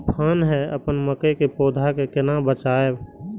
तुफान है अपन मकई के पौधा के केना बचायब?